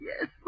yes